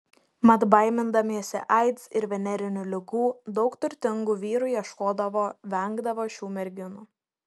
mat baimindamiesi aids ir venerinių ligų daug turtingų vyrų ieškodavo vengdavo šių merginų